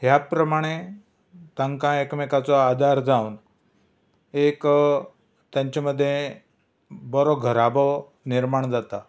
ह्या प्रमाणें तांकां एकमेकाचो आदार जावन एक तांचे मदें बरो घराबो निर्माण जाता